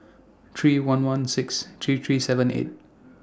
three one one six three three seven eight